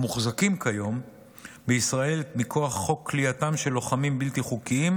והם מוחזקים כיום בישראל מכוח חוק כליאתם של לוחמים בלתי חוקיים,